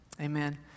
amen